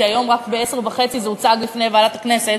כי רק היום ב-10:30 זה הוצג בפני ועדת הכנסת,